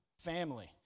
family